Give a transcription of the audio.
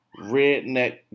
redneck